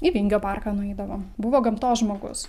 į vingio parką nueidavo buvo gamtos žmogus